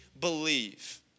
believe